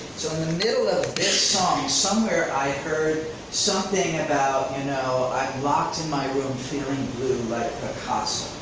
so in the middle of somewhere i heard something about you know i'm locked in my room feeling blue like picasso.